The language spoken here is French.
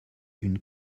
une